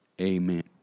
amen